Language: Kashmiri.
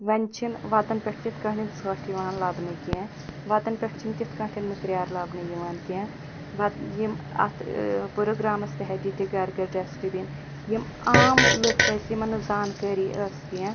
وۄنۍ چھِنہٕ وَتَن پٮ۪ٹھ تِتھ کٲٹھۍ ژھۄٹھ یوان لبنہٕ کیٚنٛہہ وَتَن پٮ۪ٹھ چھِنہٕ تِتھ کٲٹھۍ مٕکریار لبنہٕ یوان کیٚنٛہہ وَت یم اتھ ٲں پرٛوگرامَس تحت دِتِکھ گھر گھر ڈسٹہٕ بیٖن یم عام لوٗکھ ٲسۍ یمن نہٕ زانکٲری ٲس کیٚنٛہہ